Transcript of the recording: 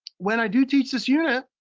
when i do teach this unit,